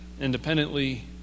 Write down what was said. independently